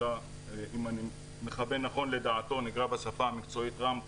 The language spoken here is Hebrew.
אם אני מכוון נכון לדעתו נקרא רמפות,